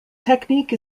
technique